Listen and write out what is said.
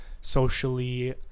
socially